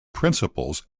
principals